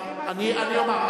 אני אומר,